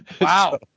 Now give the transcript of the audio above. Wow